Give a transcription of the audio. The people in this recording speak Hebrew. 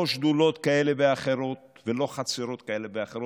לא שדולות כאלה ואחרות ולא חצרות כאלה ואחרות,